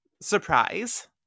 Surprise